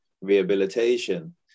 rehabilitation